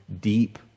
deep